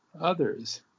others